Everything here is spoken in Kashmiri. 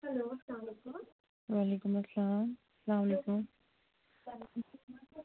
ہیلو السلامُ علیکم وعلیکم السلام السلامُ علیکم